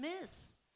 miss